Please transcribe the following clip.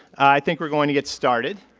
i think we're going to get started.